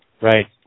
Right